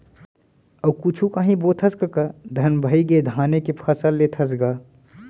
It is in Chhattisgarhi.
अउ कुछु कांही बोथस कका धन भइगे धाने के फसल लेथस गा?